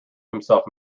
himself